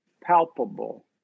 palpable